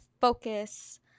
focus